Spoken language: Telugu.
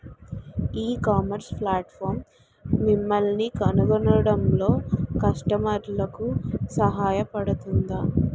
ఈ ఇకామర్స్ ప్లాట్ఫారమ్ మిమ్మల్ని కనుగొనడంలో కస్టమర్లకు సహాయపడుతుందా?